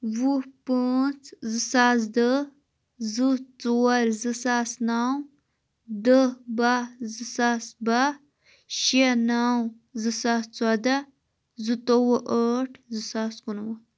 وُہ پانٛژھ زٕ ساس دہ زٕ ژور زٕ ساس نَو دہ باہہ زٕ ساس باہہ شیٚے نَو زٕ ساس ژۄدَہ زٕتووُہ ٲٹھ زٕ ساس کُنوُہ